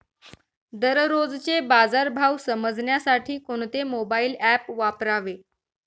दररोजचे बाजार भाव समजण्यासाठी कोणते मोबाईल ॲप वापरावे?